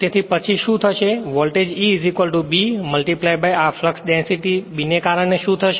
તેથી પછી શું થશે વોલ્ટેજ E B આ ફ્લક્ષ ડેંસિટી B ને કારણે શું થશે